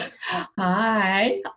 Hi